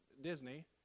Disney